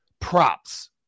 props